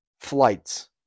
flights